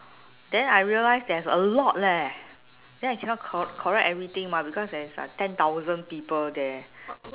then I realise there's a lot leh then I cannot correct everything mah because there is like ten thousand people there